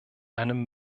einem